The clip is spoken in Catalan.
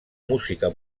música